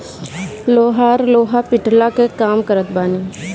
लोहार लोहा पिटला कअ काम करत बाने